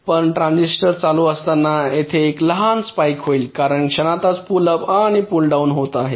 पण ट्रान्सिशन चालू असताना येथे एक लहान स्पाइक होईल कारण क्षणातच पुल अप आणि पुल डाउन होत आहे